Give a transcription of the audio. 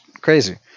crazy